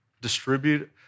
distribute